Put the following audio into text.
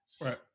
Right